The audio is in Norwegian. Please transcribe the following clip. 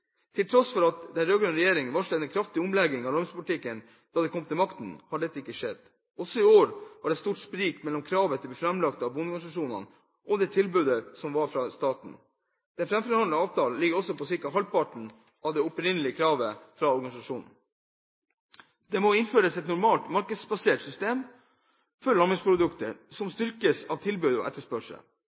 Til tross for at den rød-grønne regjeringen varslet en kraftig omlegging av landbrukspolitikken da den kom til makten, har ikke dette skjedd. Også i år var det et stort sprik mellom det kravet som ble framlagt av bondeorganisasjonene, og det tilbudet som kom fra staten. Den framforhandlede avtalen ligger på ca. halvparten av det opprinnelige kravet fra organisasjonene. Det må innføres et normalt markedsbasert system for landbruksprodukter som styres av tilbud og etterspørsel.